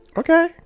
okay